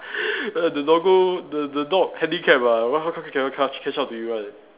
the doggo the the dog handicap ah why c~ c~ cannot catch catch up to you one